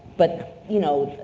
but you know,